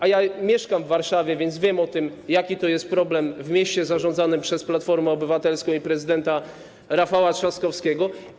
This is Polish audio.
A ja mieszkam w Warszawie, więc wiem, jaki to jest problem w mieście zarządzanym przez Platformę Obywatelską i prezydenta Rafała Trzaskowskiego.